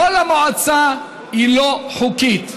כל המועצה לא חוקית.